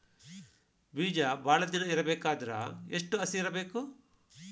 ಬೇಜ ಭಾಳ ದಿನ ಇಡಬೇಕಾದರ ಎಷ್ಟು ಹಸಿ ಇರಬೇಕು?